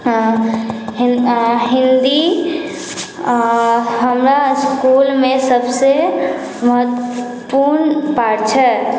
हँ हिन्दी हमरा इसकुलमे सभसँ महत्वपूर्ण पाठ छै